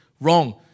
Wrong